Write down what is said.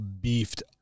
beefed